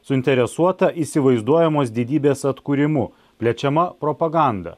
suinteresuota įsivaizduojamos didybės atkūrimu plečiama propaganda